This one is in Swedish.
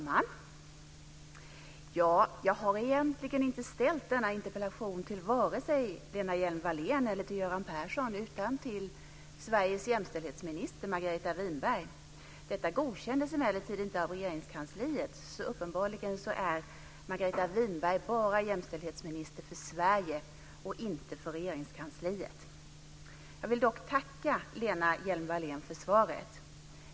Fru talman! Jag har egentligen inte ställt denna interpellation till vare sig Lena Hjelm-Wallén eller Göran Persson utan till Sveriges jämställdhetsminister Margareta Winberg. Detta godkändes emellertid inte av Regeringskansliet. Uppenbarligen är Margareta Winberg bara jämställdhetsminister för Sverige och inte för Regeringskansliet. Jag vill dock tacka Lena Hjelm-Wallén för svaret.